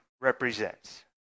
represents